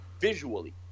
visually